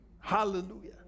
Hallelujah